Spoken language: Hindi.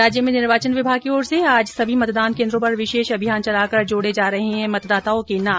राज्य में निर्वाचन विभाग की ओर से आज सभी मतदान केन्द्रों पर विशेष अभियान चलाकर जोड़े जा रहे है मतदाताओं के नाम